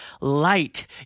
light